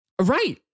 Right